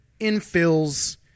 infills